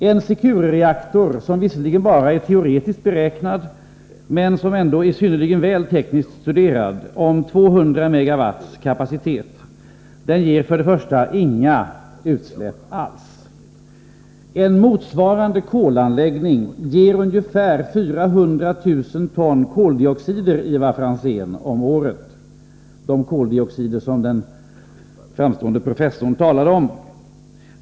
En Securereaktor, som visserligen bara är teoretiskt beräknad men som ändå är synnerligen väl studerad tekniskt, om 200 MW kapacitet ger inga utsläpp alls. En motsvarande kolanläggning ger, Ivar Franzén, ungefär 400 000 ton koldioxider om året. Det gäller de koldioxider som den framstående professorn talade om.